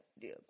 deal